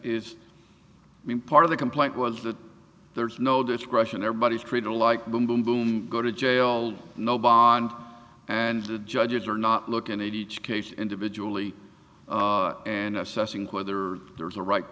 is part of the complaint was that there is no discretion everybody's credo like boom boom boom go to jail no bond and the judges are not looking at each case individually and assessing whether there is a right